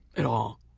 at all.